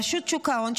רשות שוק ההון,